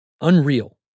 Unreal